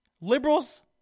Liberals